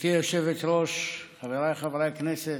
גברתי היושבת-ראש, חבריי חברי הכנסת,